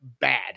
bad